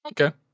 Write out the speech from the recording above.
Okay